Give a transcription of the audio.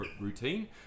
routine